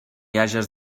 hages